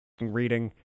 reading